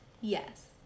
Yes